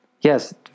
Yes